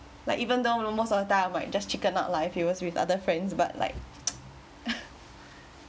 like even though you know most of the time I might just chicken out lah if it was with other friends but like